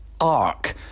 arc